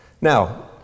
Now